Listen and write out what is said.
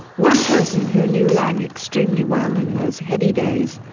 one person who knew laing extremely well in those heady days,